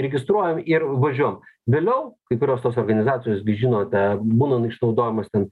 registruojam ir važiuojam vėliau kai kurios tos organizacijos žinote būna išnaudojamos ten